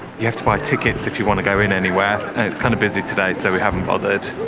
you have to buy tickets if you want to go in anywhere and it's kind of busy today so we haven't bothered.